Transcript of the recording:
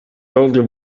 older